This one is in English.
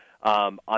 On